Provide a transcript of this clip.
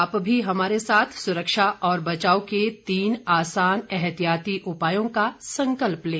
आप भी हमारे साथ सुरक्षा और बचाव के तीन आसान एहतियाती उपायों का संकल्प लें